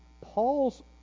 Paul's